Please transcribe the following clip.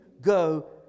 go